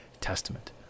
Testament